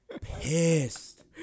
Pissed